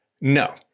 No